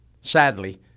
Sadly